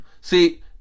see